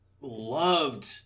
loved